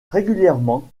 régulièrement